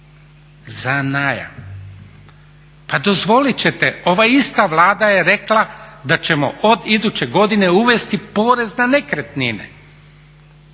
za najam. Pa dozvolit ćete je rekla da ćemo od iduće godine uvesti porez na nekretnine.